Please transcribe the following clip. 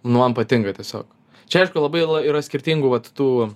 nu man patinka tiesiog čia aišku labai yla yra skirtingų vat tų